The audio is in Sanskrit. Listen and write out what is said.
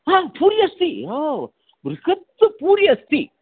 आं पूरि अस्ति हो बृहत् पूरि अस्ति